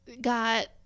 got